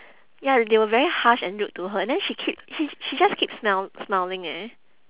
ya they were very harsh and rude to her and then she keep she she just keep smil~ smiling leh